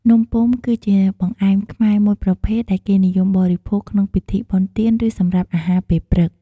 នំពុម្ព គឺជាបង្អែមខ្មែរមួយប្រភេទដែលគេនិយមបរិភោគ ក្នុងពិធីបុណ្យទាន ឬសម្រាប់អាហារពេលព្រឹក។